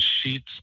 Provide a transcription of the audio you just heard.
sheets